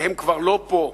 והם כבר לא פה,